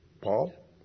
Paul